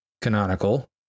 canonical